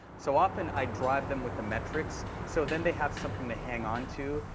so often, i drive them with the metrics, so then they have something to hang onto.